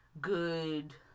good